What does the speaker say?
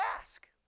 ask